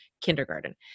kindergarten